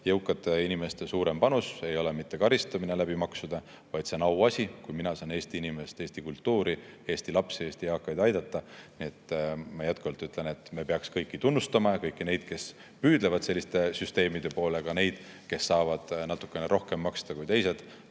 jõukate inimeste suurem panus ei ole mitte karistamine maksude kaudu, vaid see on auasi, kui mina saan Eesti inimesi, Eesti kultuuri, Eesti lapsi ja eakaid aidata. Nii et ma jätkuvalt ütlen, et me peaksime tunnustama kõiki neid, kes püüdlevad selliste süsteemide poole, ka neid, kes saavad natukene rohkem maksta kui teised.